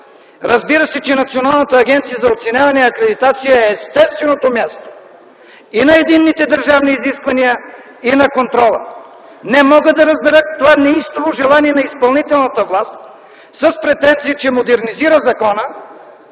Разбира се, че Националната агенция за оценяване и акредитация е естественото място и на единните държавни изисквания, и на контрола. Не мога да разбера това неистово желание на изпълнителната власт с претенции, че модернизира закона,